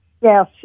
Yes